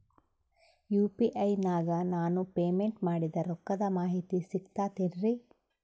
UPI ನಾಗ ನಾನು payment ಮಾಡಿದ ರೊಕ್ಕದ ಮಾಹಿತಿ ಸಿಕ್ತಾತೇನ್ರೀ?